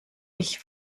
ich